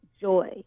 joy